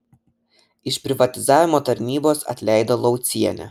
iš privatizavimo tarnybos atleido laucienę